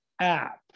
app